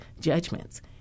judgments